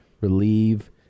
relieve